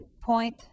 point